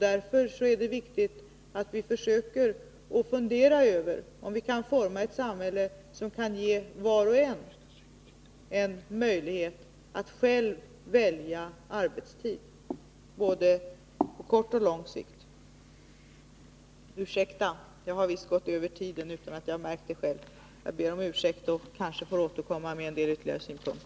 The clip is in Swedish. Därför är det viktigt att vi försöker fundera över om vi kan forma ett samhälle som kan ge var och en möjlighet att själv välja arbetstid både på kort och på lång sikt.